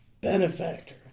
Benefactor